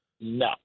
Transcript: No